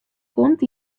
komt